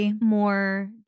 more